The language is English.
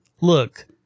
Look